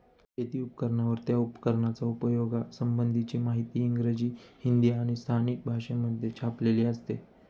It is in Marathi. शेती उपकरणांवर, त्या उपकरणाच्या उपयोगा संबंधीची माहिती इंग्रजी, हिंदी आणि स्थानिक भाषेमध्ये छापलेली असते